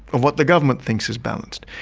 of what the government thinks is balanced.